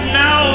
now